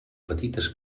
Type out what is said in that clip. petites